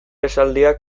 esaldiak